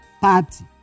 party